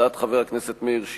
הצעת חבר הכנסת מאיר שטרית,